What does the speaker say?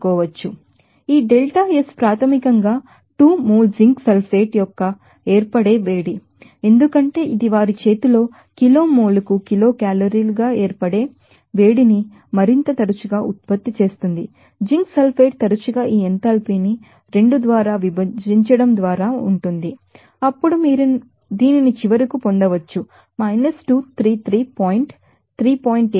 కాబట్టి ఈ delta S ప్రాథమికంగా 2 మోల్ జింక్ సల్ఫేట్ యొక్క ఏర్పడే వేడి ఎందుకంటే ఇది వారి చేతుల్లో కిలో మోల్ కు కిలో కేలరీలు గా ఏర్పడే వేడిని మరింత తరచుగా ఉత్పత్తి చేస్తుంది జింక్ సల్ఫేట్ తరచుగా ఈ ఎంథాల్పీని 2 ద్వారా విభజించడం ద్వారా ఉంటుంది అప్పుడు మీరు దీనిని చివరకు పొందవచ్చు 233 పాయింట్ 3